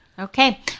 Okay